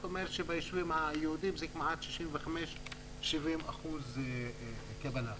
זאת אומרת שביישובים היהודים זה כמעט 65% 70% קבלה.